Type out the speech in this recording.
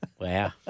Wow